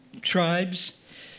tribes